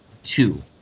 two